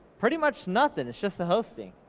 pretty much nothin', it's just the hosting,